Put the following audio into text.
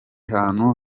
hantu